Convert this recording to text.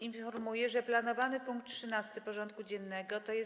Informuję, że planowany punkt 13. porządku dziennego, tj.